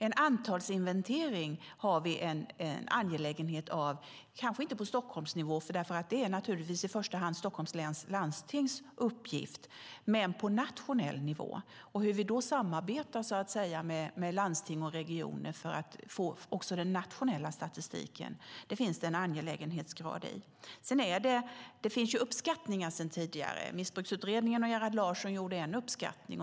En antalsinventering är angelägen för oss, kanske inte på Stockholmsnivå, därför att det naturligtvis i första hand är Stockholms läns landstings uppgift, men på nationell nivå. Hur vi då samarbetar med landsting och regioner för att också få den nationella statistiken finns det en angelägenhetsgrad i. Det finns ju uppskattningar sedan tidigare. Missbruksutredningen och Gerhard Larsson gjorde en uppskattning.